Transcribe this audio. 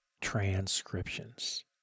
transcriptions